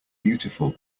beautiful